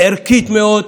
ערכית מאוד,